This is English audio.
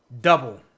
double